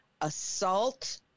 assault